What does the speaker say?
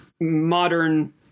modern